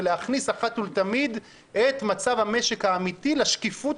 להכניס אחת ולתמיד את מצב המשק האמיתי לשקיפות